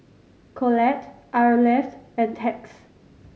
Colette Arleth and Tex